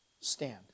stand